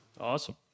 Awesome